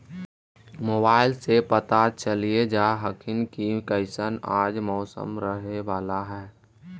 मोबाईलबा से पता चलिये जा हखिन की कैसन आज मौसम रहे बाला है?